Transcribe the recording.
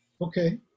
Okay